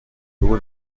بگو